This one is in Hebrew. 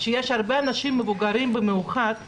שיש במיוחד הרבה אנשים מבוגרים שחוטפים